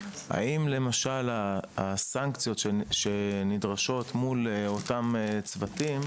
האם למשל הסנקציות שנדרשות מול אותם צוותים.